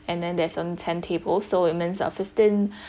and then there's only ten tables so it means uh fifteen